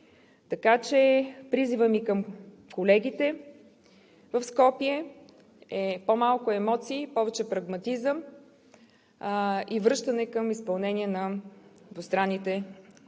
Така че призивът ми към колегите в Скопие е: по-малко емоции и повече прагматизъм и връщане към изпълнение на двустранните договори.